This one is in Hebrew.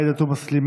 עאידה תומא סלימאן,